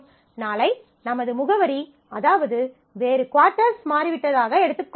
நாளை நமது முகவரி அதாவது வேறு குவார்ட்டர்ஸ் மாறிவிட்டதாக எடுத்துக்கொள்ளலாம்